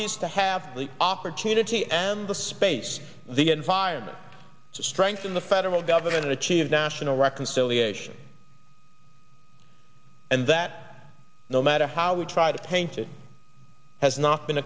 is to have the opportunity and the space the environment to strengthen the federal government to achieve national reconciliation and that no matter how we try to paint it has not been